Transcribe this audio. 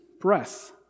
breath